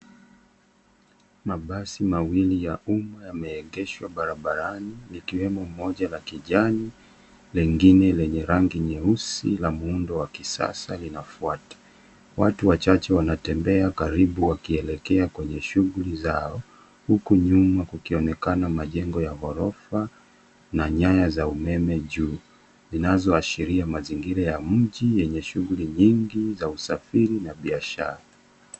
Mabasi mawili ya umma yameegeshwa barabarani likiwemo moja la kijani lingine lenye rangi nyeusi la muundo wa kisasa linafuata. Watu wachache wanatembea karibu wakielekea kwenye shughuli zao huku nyuma kukionekana majengo ya ghorofa na nyaya za umeme juu zinazoashiria mazingira ya mji yenye shughuli nyingi za usafiri na biashara.